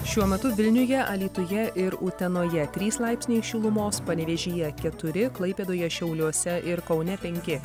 šiuo metu vilniuje alytuje ir utenoje trys laipsniai šilumos panevėžyje keturi klaipėdoje šiauliuose ir kaune penki